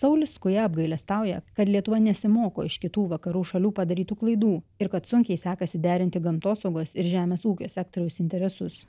saulis skuja apgailestauja kad lietuva nesimoko iš kitų vakarų šalių padarytų klaidų ir kad sunkiai sekasi derinti gamtosaugos ir žemės ūkio sektoriaus interesus